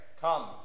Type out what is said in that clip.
Come